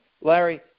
Larry